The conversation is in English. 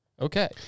okay